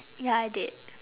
ya I did